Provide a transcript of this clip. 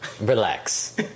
relax